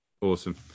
awesome